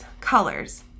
colors